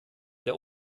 der